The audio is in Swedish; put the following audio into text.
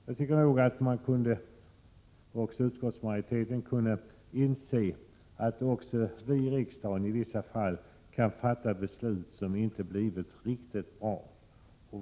Jag tycker att även utskottsmajoriteten kunde inse att också vi i riksdagen i vissa fall kan ha fattat beslut som inte blivit riktigt bra.